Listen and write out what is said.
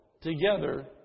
together